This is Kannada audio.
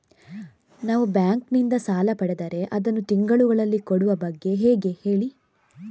ನಾವು ಬ್ಯಾಂಕ್ ನಿಂದ ಸಾಲ ಪಡೆದರೆ ಅದನ್ನು ತಿಂಗಳುಗಳಲ್ಲಿ ಕೊಡುವ ಬಗ್ಗೆ ಹೇಗೆ ಹೇಳಿ